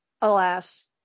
alas